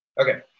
Okay